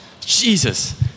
Jesus